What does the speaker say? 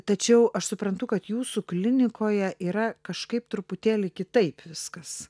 tačiau aš suprantu kad jūsų klinikoje yra kažkaip truputėlį kitaip viskas